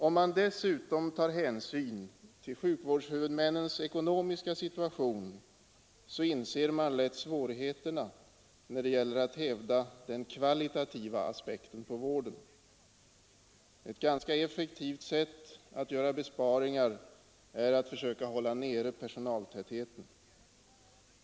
Om man dessutom tar hänsyn till sjukvårdshuvud männens ekonomiska situation, så inser man lätt svårigheterna när det gäller att hävda den kvalitativa aspekten på vården. Ett ganska effektivt sätt att göra besparingar är att försöka hålla nere personaltätheten.